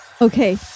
Okay